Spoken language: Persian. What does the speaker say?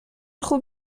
خوب